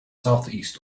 southeast